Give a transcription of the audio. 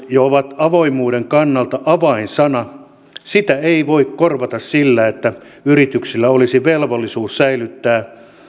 jo ovat avoimuuden kannalta avainsana sitä ei voi korvata sillä että yrityksillä olisi velvollisuus säilyttää